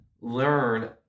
learn